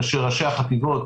כאשר ראשי החטיבות